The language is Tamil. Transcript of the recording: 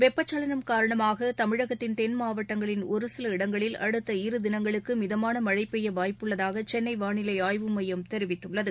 வெப்பசலனம் காரணமாக தமிழகத்தின் தென் மாவட்டங்களில் ஒரு சில இடங்களில் அடுத்த இரு திளங்களுக்கு மிதமான மழை பெய்ய வாய்ப்பு உள்ளதாக சென்னை வானிலை ஆய்வு மையம் தெரிவித்கள்ளது